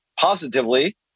positively